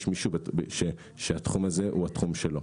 יש מישהו שהתחום הזה הוא התחום שלו.